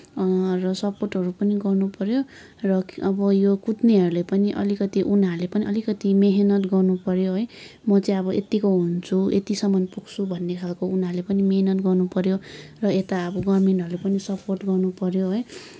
र सपोर्टहरू पनि गर्नुपऱ्यो र अब यो कुद्नेहरूले पनि अलिकति उनीहरूले पनि अलिकति मिहिनेत गर्नुपऱ्यो है म चाहिँ अब यतिको हुन्छ यतिसम्म पुग्छु भन्ने खालको उनीहरूले पनि मिहिनेत गर्नुपऱ्यो र यता अब गभर्मेन्टहरूले पनि सपोर्ट गर्नुपऱ्यो है